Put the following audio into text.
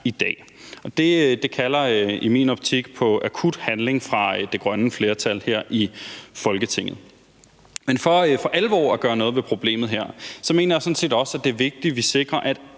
i dag. Det kalder i min optik på akut handling fra det grønne flertal her i Folketinget. Men for at vi for alvor skal kunne gøre noget ved problemet her, mener jeg sådan set også, det er vigtigt, at vi sikrer, at